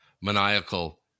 maniacal